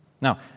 Now